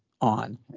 On